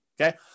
Okay